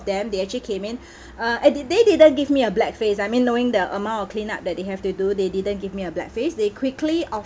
them they actually came in uh at the they didn't give me a black face I mean knowing the amount of clean up that they have to do they didn't give me a black face they quickly of~